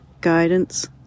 guidance